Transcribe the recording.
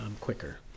quicker